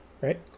right